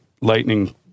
lightning